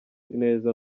neza